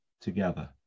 together